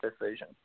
decision